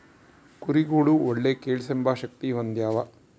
ಕುರಿಗುಳು ಒಳ್ಳೆ ಕೇಳ್ಸೆಂಬ ಶಕ್ತಿ ಹೊಂದ್ಯಾವ